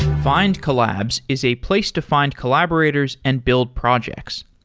findcollabs is a place to find collaborators and build projects.